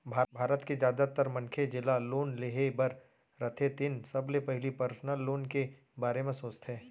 भारत के जादातर मनखे जेला लोन लेहे बर रथे तेन सबले पहिली पर्सनल लोन के बारे म सोचथे